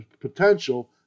potential